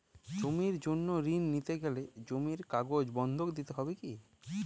জমির জন্য ঋন নিতে গেলে জমির কাগজ বন্ধক দিতে হবে কি?